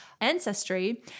ancestry